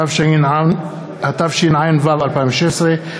התשע"ו 2016,